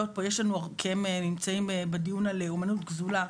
פה יש לנו כי הם נמצאים בדיון על לאומנות גזולה,